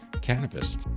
cannabis